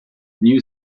new